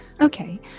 Okay